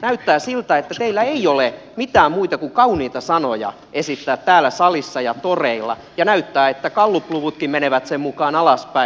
näyttää siltä että teillä ei ole mitään muita kuin kauniita sanoja esittää täällä salissa ja toreilla ja näyttää siltä että gallupluvutkin menevät sen mukaan alaspäin